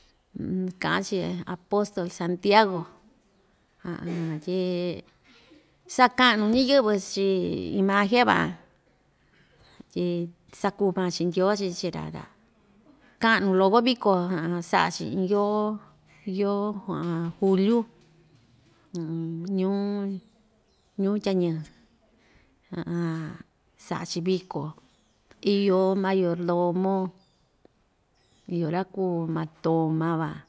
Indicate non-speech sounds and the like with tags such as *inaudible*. *hesitation* kaꞌan‑chi apostol santiago *hesitation* *noise* tyi sakaꞌnu ñiyɨvɨ chii imagen‑ra tyi sakuu maa‑chi ndyoo‑chi chii‑ra ta kaꞌnu loko viko *hesitation* saꞌa‑chi iin yoo yoo *hesitation* juliu ñuu ñuu tyañi *hesitation* saꞌa‑chi viko iyo mayordomo iyo ra‑kuu matoma van